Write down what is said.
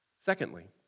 Secondly